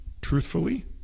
truthfully